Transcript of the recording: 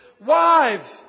wives